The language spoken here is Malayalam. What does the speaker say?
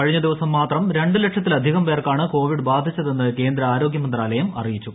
കഴിഞ്ഞ ദിവസം മാത്രം രണ്ട് ലക്ഷത്തിലധികം പേർക്കാണ് കോവിഡ് ബാധിച്ചതെന്ന് കേന്ദ്ര ആരോഗ്യ് മുന്ത്രാലയം അറിയിച്ചു